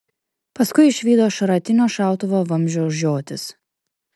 paskui išvydo šratinio šautuvo vamzdžio žiotis